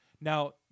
Now